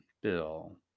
Bill